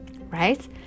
Right